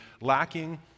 lacking